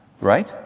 Right